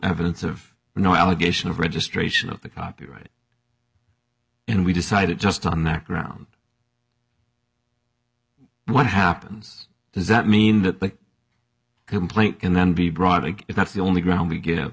evidence of no allegation of registration of the copyright and we decided just on the ground what happens does that mean that the complaint can then be broadly if that's the only ground we get